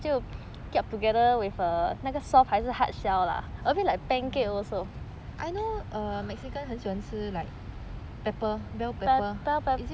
I know err mexican 很喜欢吃 like pepper bell pepper